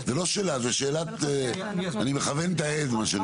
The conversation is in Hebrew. זאת לא שאלה, אני מכוון את העדר, מה שנקרא.